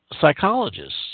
psychologists